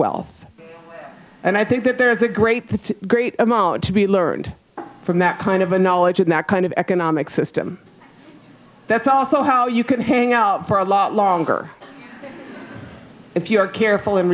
wealth and i think that there is a great great amount to be learned from that kind of a knowledge of that kind of economic system that's also how you can hang out for a lot longer if you're careful and